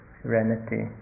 serenity